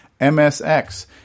MSX